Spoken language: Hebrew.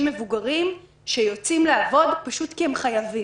מבוגרים שיוצאים לעבוד פשוט כי הם חייבים.